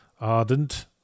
Ardent